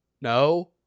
No